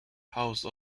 house